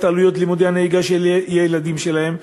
את עלויות לימודי הנהיגה של הילדים שלהם,